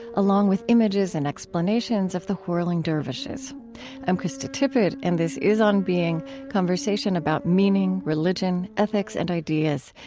along with images and explanations of the whirling dervishes i'm krista tippett, and this is on being conversation about meaning, religion, ethics, and ideas.